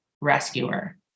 rescuer